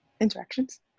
interactions